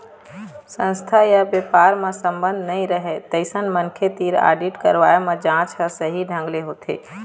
संस्था य बेपार म संबंध नइ रहय तइसन मनखे तीर आडिट करवाए म जांच ह सही ढंग ले होथे